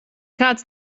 kāds